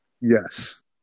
Yes